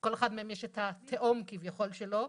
כל אחד מהם יש כביכול את התאום שלו,